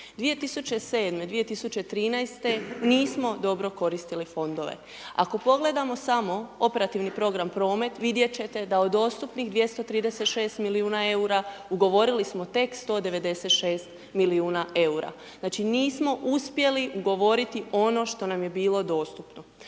2007., 2013. nismo dobro koristili fondove. Ako pogledamo samo operativni program Promet, vidjet ćete da od dostupnih 236 milijuna EUR-a, ugovorili smo tek 196 milijuna EUR-a, znači, nismo uspjeli ugovoriti ono što nam je bilo dostupno.